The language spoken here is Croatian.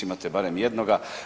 Imate barem jednoga.